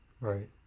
right